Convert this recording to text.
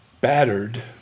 battered